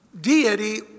deity